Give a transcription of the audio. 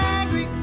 angry